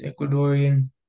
Ecuadorian